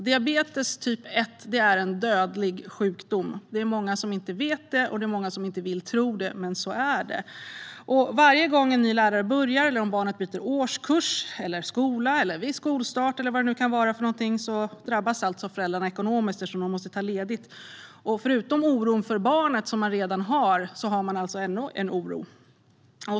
Diabetes typ 1 är en dödlig sjukdom - det är många som inte vet det eller vill tro det, men så är det. Varje gång en ny lärare börjar, om barnet byter årskurs eller skola och vid skolstart drabbas föräldrarna alltså ekonomiskt eftersom de måste ta ledigt. Förutom den oro man redan har för barnet kommer alltså ännu en oro.